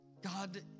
God